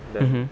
mmhmm